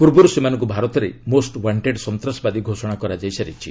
ପୂର୍ବରୁ ସେମାନଙ୍କୁ ଭାରତରେ ମୋଷ୍ଟ ୱାଣ୍ଟେଡ୍ ସନ୍ତାସବାଦୀ ଘୋଷଣା କରାଯାଇ ସାରିଛି